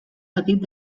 petit